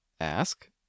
ask